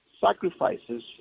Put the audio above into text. Sacrifices